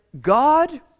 God